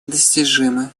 достижимы